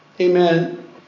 amen